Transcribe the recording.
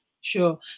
Sure